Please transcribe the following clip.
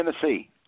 Tennessee